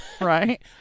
Right